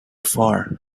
far